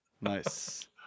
nice